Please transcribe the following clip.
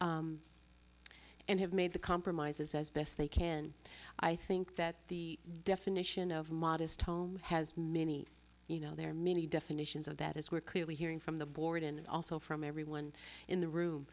and have made the compromises as best they can i think that the definition of modest home has many you know there are many definitions of that is we're clearly hearing from the board and also from everyone in the